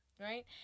right